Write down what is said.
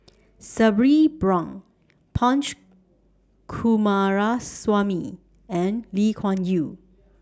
Sabri Buang Punch Coomaraswamy and Lee Kuan Yew